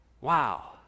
wow